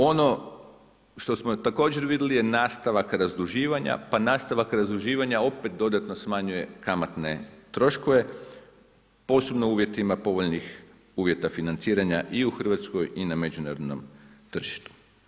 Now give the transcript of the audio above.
Ono što smo također vidjeli je nastavak razduživanja, pa nastavak razduživanja opet dodatno smanjuje kamatne troškove posebno u uvjetima povoljnih uvjeta financiranja i u Hrvatskoj i na međunarodnom tržištu.